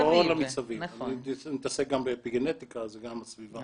אני מתעסק גם בגנטיקה, זה גם בסביבה.